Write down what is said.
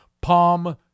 Palm